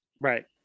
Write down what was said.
Right